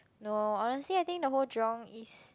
no honestly I think the whole Jurong-East